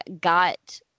got